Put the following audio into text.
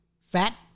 Fat